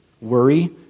worry